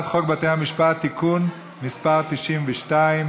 בקריאה שנייה על הצעת חוק בתי המשפט (תיקון מס' 92),